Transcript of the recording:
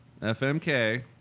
FMK